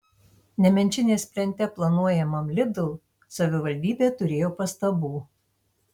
nemenčinės plente planuojamam lidl savivaldybė turėjo pastabų